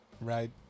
Right